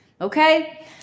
okay